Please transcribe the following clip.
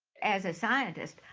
as scientist,